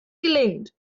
gelingt